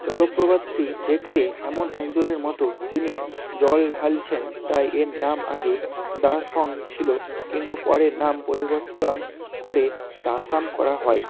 জলপ্রপাতটি দেখতে এমন একজনের মতো যিনি জল ঢালছেন তাই এর নাম আগে দা সং ছিলো কিন্তু পরে নাম পরিবর্তন করে দাসাম করা হয়